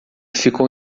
ficou